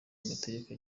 amategeko